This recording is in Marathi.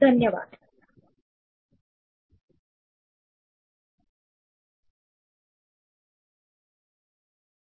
क्यू हे first in first out list आहे जे ब्रेडथ फर्स्ट एक्स्प्लोरेशन साठी उपयोगी आहे